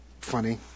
funny